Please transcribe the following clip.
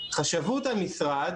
חשבות המשרד,